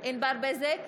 ענבר בזק,